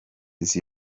base